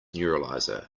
neuralizer